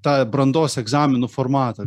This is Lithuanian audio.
tą brandos egzaminų formatą